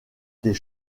des